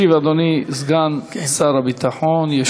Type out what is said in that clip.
ישיב אדוני סגן שר הביטחון.